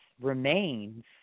remains